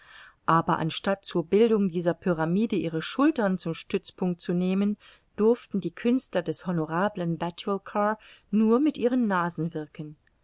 aber anstatt zur bildung dieser pyramide ihre schultern zum stützpunkt zu nehmen durften die künstler des honorablen batulcar nur mit ihren nasen wirken